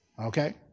Okay